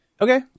Okay